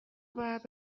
باید